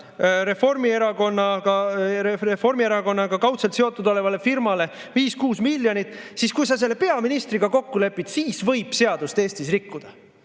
Reformierakonnaga kaudselt seotud olevale firmale 5–6 miljonit, siis kui see on peaministriga kokku lepitud, siis võib seadust rikkuda.